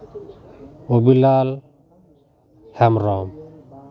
Robilal Hembrom